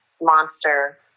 monster